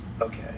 Okay